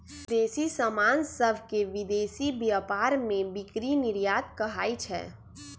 देसी समान सभके विदेशी व्यापार में बिक्री निर्यात कहाइ छै